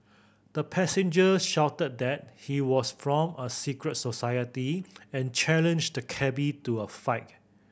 the passenger shouted that he was from a secret society and challenged the cabby to a fight